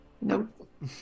Nope